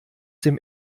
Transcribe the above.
dem